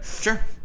Sure